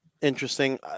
interesting